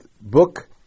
book